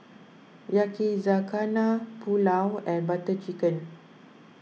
Yakizakana Pulao and Butter Chicken